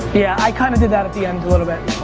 yeah i kind of did that at the end a little bit.